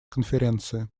конференции